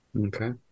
Okay